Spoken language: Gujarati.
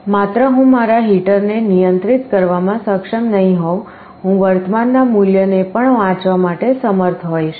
માત્ર હું મારા હીટરને નિયંત્રિત કરવામાં સક્ષમ નહીં હોઉં હું વર્તમાનના મૂલ્યને પણ વાંચવા માટે સમર્થ હોઈશ